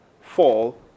fall